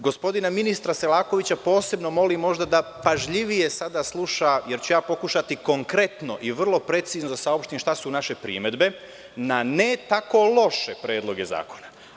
Gospodina ministra Selakovića posebno molim da pažljivije sada sluša, jer ću ja pokušati konkretno i vrlo precizno da saopštim šta su naše primedbe na ne tako loše predloge zakona.